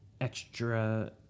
extra